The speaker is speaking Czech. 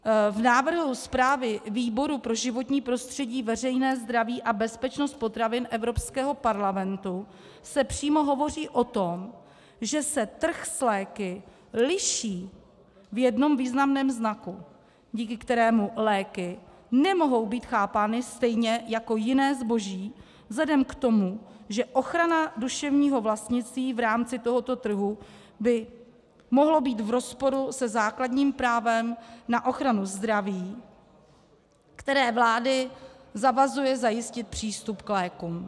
V návrhu zprávy výboru pro životní prostředí, veřejné zdraví a bezpečnost potravin Evropského parlamentu se přímo hovoří o tom, že se trh s léky liší v jednom významném znaku, díky kterému léky nemohou být chápány stejně jako jiné zboží vzhledem k tomu, že ochrana duševního vlastnictví v rámci tohoto trhu by mohla být v rozporu se základním právem na ochranu zdraví, které vlády zavazuje zajistit přístup k lékům.